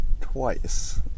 twice